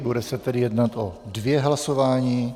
Bude se tedy jednat o dvě hlasování.